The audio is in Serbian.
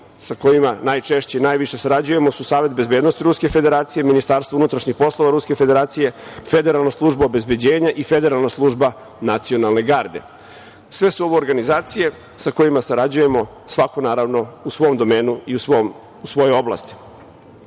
sa kojima najčešće i najviše sarađujemo su Savet bezbednosti Ruske Federacije, Ministarstvo unutrašnjih poslova Ruske Federacije, Federalna služba obezbeđenja i Federalna služba Nacionalne garde. Sve su ovo organizacije sa kojima sarađujemo, naravno, svako u svom domenu i u svojoj